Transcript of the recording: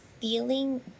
feeling